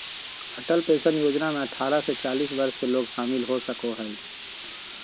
Atal pension योजना में अठारह से चालीस वर्ष के लोग शामिल हो सको हइ